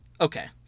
Okay